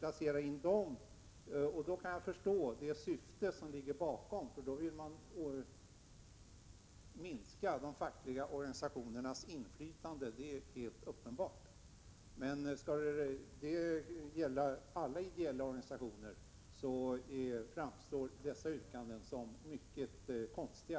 Då kan jag också förstå vilket syfte som ligger bakom, nämligen att minska de fackliga organisationernas inflytande. Det är helt uppenbart. Men om yrkandena skall gälla alla ideella organisationer, då får jag lov att säga att de framstår som mycket konstiga.